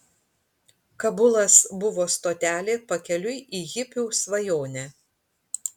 kabulas buvo stotelė pakeliui į hipių svajonę